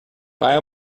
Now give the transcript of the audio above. bio